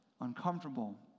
uncomfortable